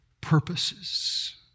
purposes